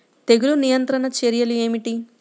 తెగులు నియంత్రణ చర్యలు ఏమిటి?